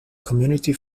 community